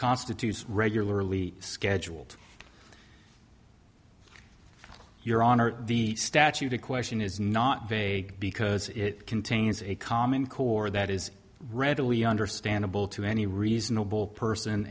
constitutes regularly scheduled your honor the statute in question is not vague because it contains a common core that is readily understandable to any reasonable person